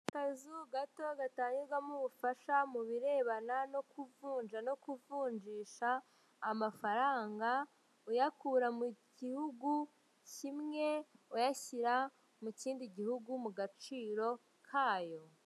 Akazu gato gatangirwamo ubufasha mu birebana no kuvunja no kuvunjisha amafaranga uyakura mu gihugu kimwe, uyashyira mu kindi gihugu mu gaciro kayo.